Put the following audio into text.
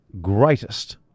greatest